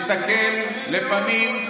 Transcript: שיסתכל לפעמים,